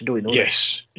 Yes